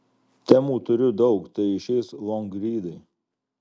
temų turiu daug tai išeis longrydai